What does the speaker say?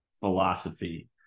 philosophy